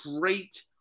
great